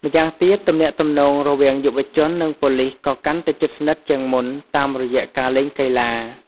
ម្យ៉ាងទៀត ទំនាក់ទំនងរវាងយុវជននិងប៉ូលិសក៏កាន់តែជិតស្និទ្ធជាងមុន តាមរយៈការលេងកីឡា។